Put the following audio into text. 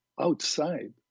outside